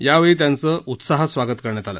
यावेळी त्यांचं उत्साहात स्वागत करण्यात आलं